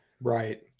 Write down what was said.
right